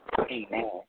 Amen